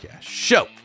show